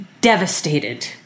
devastated